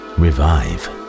revive